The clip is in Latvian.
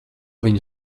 viņu